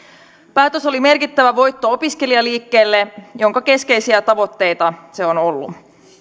päätös oli merkittävä voitto opiskelijaliikkeelle jonka keskeisiä tavoitteita se on ollut